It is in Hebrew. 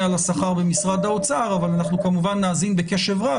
על השכר במשרד האוצר אבל אנחנו כמובן נאזין בקשב רב.